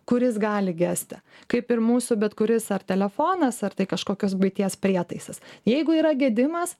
kuris gali gesti kaip ir mūsų bet kuris ar telefonas ar tai kažkokios buities prietaisas jeigu yra gedimas